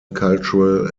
cultural